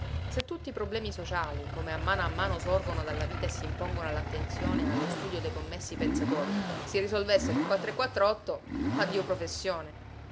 se tutti i problemi sociali come a mano a mano sorgono dalla vita e s'impongono all'attenzione e allo studio dei commessi pensatori si risolvessero in quattro e quattr'otto addio professione